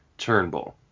turnbull